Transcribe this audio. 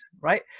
right